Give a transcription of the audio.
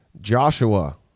Joshua